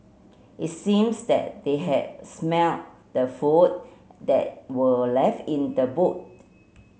it seems that they had smelt the food that were left in the boot